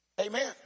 Amen